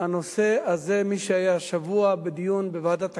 הנושא הזה, מי שהיה השבוע בדיון בוועדת הכלכלה,